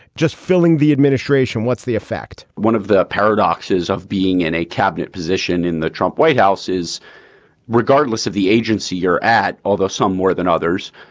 just filling the administration, what's the effect? one of the paradoxes of being in a cabinet position in the trump white house is regardless of the agency you're at although some more than others,